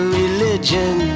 religion